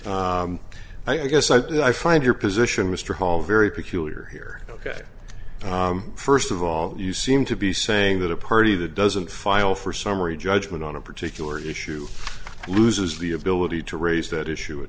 but i guess i find your position mr hall very peculiar here ok first of all you seem to be saying that a party that doesn't file for summary judgment on a particular issue loses the ability to raise that issue a